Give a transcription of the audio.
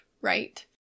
right